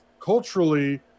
culturally